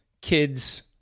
kids